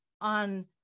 on